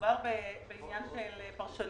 מדובר בעניין של פרשנות.